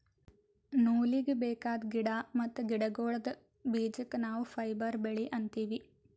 ನೂಲೀಗಿ ಬೇಕಾದ್ ಗಿಡಾ ಮತ್ತ್ ಗಿಡಗೋಳ್ದ ಬೀಜಕ್ಕ ನಾವ್ ಫೈಬರ್ ಬೆಳಿ ಅಂತೀವಿ